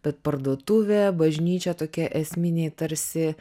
bet parduotuvė bažnyčia tokie esminiai tarsi